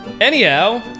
Anyhow